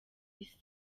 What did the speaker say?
isi